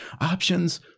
options